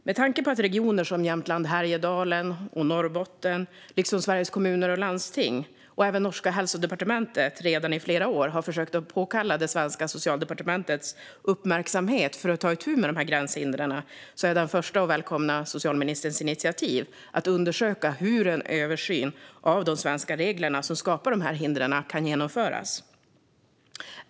Med tanke på att regioner som Jämtland Härjedalen och Norrbotten liksom Sveriges Kommuner och Landsting och norska hälsodepartementet redan i flera år har försökt att påkalla det svenska socialdepartementets uppmärksamhet för att ta itu med dessa gränshinder är jag den första att välkomna socialministerns initiativ att undersöka hur en översyn av de svenska regler som skapar dessa hinder kan genomföras.